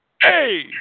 Hey